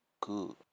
good